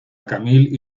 camille